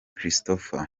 christopher